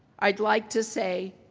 i'd like to say,